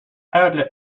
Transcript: early